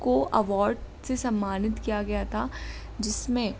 को अवॉर्ड से सम्मानित किया गया था जिसमें